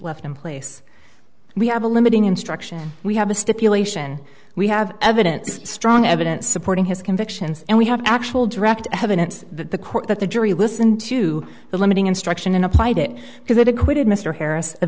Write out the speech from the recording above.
left in place we have a limiting instruction we have a stipulation we have evidence strong evidence supporting his convictions and we have actual direct evidence that the court that the jury listened to the limiting instruction and applied it because it acquitted mr harris of